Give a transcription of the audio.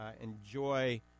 Enjoy